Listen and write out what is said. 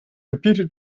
reputed